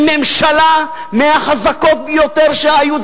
עם ממשלה מהחזקות ביותר שהיו?